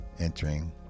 entering